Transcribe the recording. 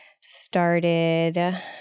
started